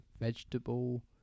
vegetable